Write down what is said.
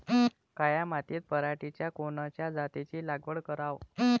काळ्या मातीत पराटीच्या कोनच्या जातीची लागवड कराव?